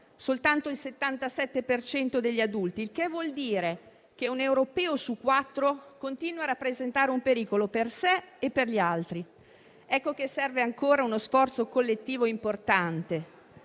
soltanto il 77 per cento degli adulti. Ciò vuol dire che un europeo su quattro continua a rappresentare un pericolo per sé e per gli altri. Ecco che serve ancora uno sforzo collettivo importante.